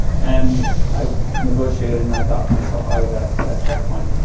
and i negotiated and i got myself out of that that checkpoint.